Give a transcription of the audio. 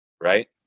right